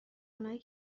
اونایی